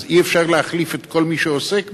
אז אי-אפשר להחליף את כל מי שעוסק בו?